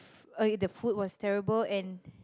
f~ okay the food was terrible and